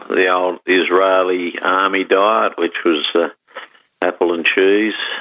the um israeli army diet, which was apple and cheese.